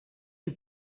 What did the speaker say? you